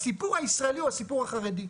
הסיפור הישראלי הוא הסיפור החרדי,